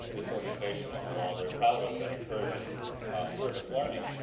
this organization that we're all very proud of that encourages service learning.